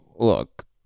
Look